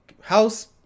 house